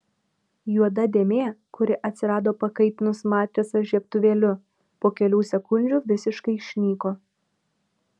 juoda dėmė kuri atsirado pakaitinus matricą žiebtuvėliu po kelių sekundžių visiškai išnyko